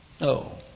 No